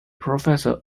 professor